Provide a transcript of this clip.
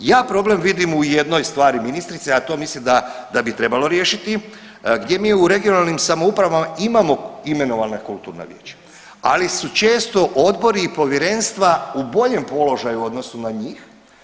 Ja problem vidim u jednoj stvari ministrice, a to mislim da bi trebalo riješiti, gdje mi u regionalnim samoupravama imamo imenovana kulturna vijeća ali su često odbori i povjerenstva u boljem položaju u odnosu na njih.